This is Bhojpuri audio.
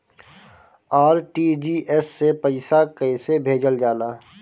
आर.टी.जी.एस से पइसा कहे भेजल जाला?